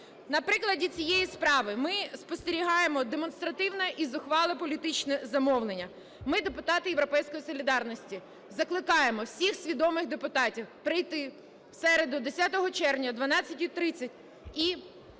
на прикладі цієї справи ми спостерігаємо демонстративне і зухвале політичне замовлення. Ми, депутати "Європейської солідарності", закликаємо всіх свідомих депутатів прийти в середу 10 червня о 12:30 і